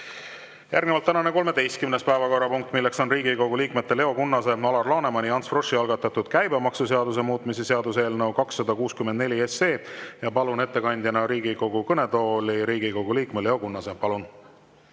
Järgnevalt tänane 13. päevakorrapunkt, milleks on Riigikogu liikmete Leo Kunnase, Alar Lanemani ja Ants Froschi algatatud käibemaksuseaduse muutmise seaduse eelnõu 264. Palun ettekandjana Riigikogu kõnetooli Riigikogu liikme Leo Kunnase. Palun!